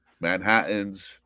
Manhattans